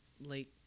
late